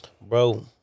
Bro